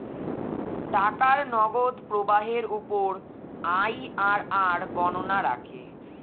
টাকার নগদ প্রবাহের উপর আইআরআর গণনা রাখে